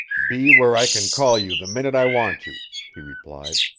be where i can call you the minute i want you, he replied.